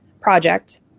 project